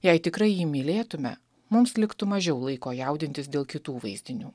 jei tikrai jį mylėtume mums liktų mažiau laiko jaudintis dėl kitų vaizdinių